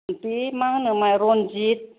बे मा होनो माइ रनजिद